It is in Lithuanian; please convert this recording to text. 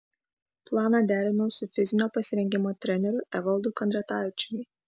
planą derinau su fizinio pasirengimo treneriu evaldu kandratavičiumi